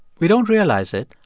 we don't realize it,